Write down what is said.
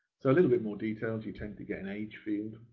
so a little bit more details. you tend to get an age field